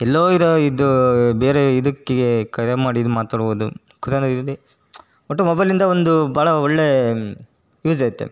ಎಲ್ಲೋ ಇರೋ ಇದು ಬೇರೆ ಇದಕ್ಕೆ ಕರೆ ಮಾಡಿ ಇದು ಮಾತಾಡ್ಬೋದು ಕುಳ್ತ್ಕೊಂಡಲ್ಲಿ ಒಟ್ಟು ಮೊಬೈಲಿಂದ ಒಂದು ಭಾಳ ಒಳ್ಳೆಯ ಯೂಸ್ ಆಇತ್ತೆ